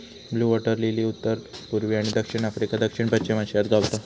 blue water lily उत्तर पुर्वी आणि दक्षिण आफ्रिका, दक्षिण पश्चिम आशियात गावता